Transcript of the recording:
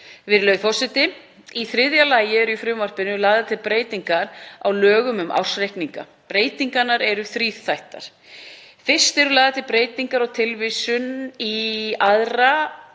Virðulegur forseti. Í þriðja lagi eru í frumvarpinu lagðar til breytingar á lögum um ársreikninga. Breytingarnar eru þríþættar. Fyrst eru lagðar til breytingar á tilvísun í 2.